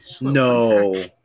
No